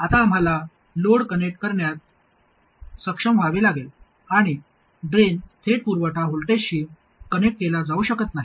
आता आम्हाला load connect करण्यात सक्षम व्हावे लागेल आणि ड्रेन थेट पुरवठा व्होल्टेजशी कनेक्ट केला जाऊ शकत नाही